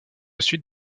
suite